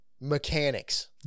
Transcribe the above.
mechanics